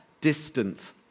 distant